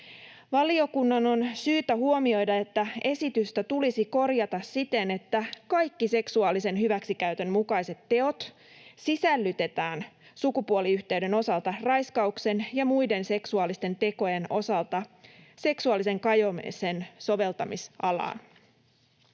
Valiokunnan on syytä huomioida, että esitystä tulisi korjata siten, että kaikki seksuaalisen hyväksikäytön mukaiset teot sisällytetään sukupuoliyhteyden osalta raiskauksen ja muiden seksuaalisten tekojen osalta seksuaalisen kajoamisen soveltamisalaan.